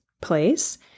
place